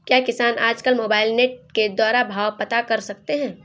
क्या किसान आज कल मोबाइल नेट के द्वारा भाव पता कर सकते हैं?